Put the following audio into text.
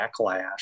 backlash